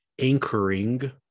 anchoring